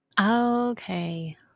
Okay